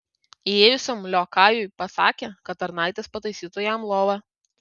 įėjusiam liokajui pasakė kad tarnaitės pataisytų jam lovą